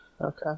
Okay